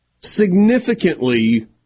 significantly